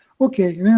okay